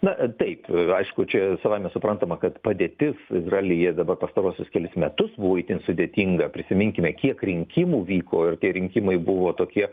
na taip aišku čia savaime suprantama kad padėtis izraelyje dabar pastaruosius kelis metus buvo itin sudėtinga prisiminkime kiek rinkimų vyko ir tie rinkimai buvo tokie